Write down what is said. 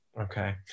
Okay